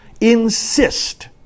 insist